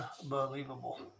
Unbelievable